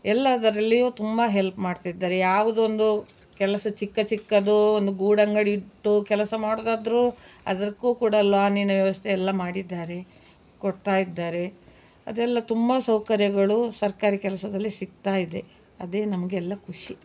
ಎಲ್ಲದರಲ್ಲಿಯೂ ತುಂಬ ಹೆಲ್ಪ್ ಮಾಡ್ತಿದ್ದಾರೆ ಯಾವುದೊಂದು ಕೆಲಸ ಚಿಕ್ಕ ಚಿಕ್ಕದು ಒಂದು ಗೂಡಂಗಡಿಟ್ಟು ಕೆಲಸ ಮಾಡೋದಾದರೂ ಅದಕ್ಕೂ ಕೂಡ ಲಾನಿನ ವ್ಯವಸ್ಥೆ ಎಲ್ಲ ಮಾಡಿದ್ದಾರೆ ಕೊಡ್ತಾಯಿದ್ದಾರೆ ಅದೆಲ್ಲ ತುಂಬ ಸೌಕರ್ಯಗಳು ಸರ್ಕಾರಿ ಕೆಲಸದಲ್ಲಿ ಸಿಗ್ತಾಯಿದೆ ಅದೇ ನಮಗೆಲ್ಲ ಖುಷಿ